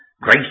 grace